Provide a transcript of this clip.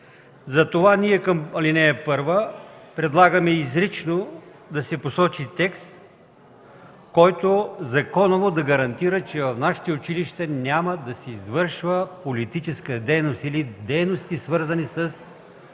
Затова ние в ал. 1 предлагаме изрично да се посочи текст, който законово да гарантира, че в нашето училище няма да се извършва политическа дейност или дейности, свързани с